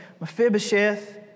Mephibosheth